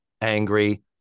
angry